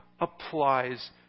applies